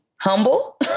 humble